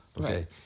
Okay